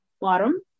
bottom